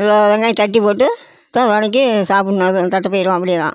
இதில் வெங்காயம் தட்டிப் போட்டு இதை வதக்கி சாப்பிட்ணும் அதை தட்டப்பயிறும் அப்படியேதான்